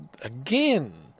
again